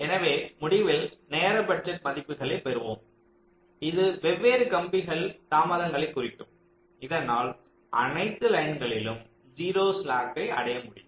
எனவே முடிவில் நேர பட்ஜெட் மதிப்புகளைப் பெற்றுள்ளோம் இது வெவ்வேறு கம்பிகள் தாமதங்களைக் குறிக்கும் இதனால் அனைத்து லைன்களிலும் 0 ஸ்லாக்கை அடைய முடியும்